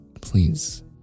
Please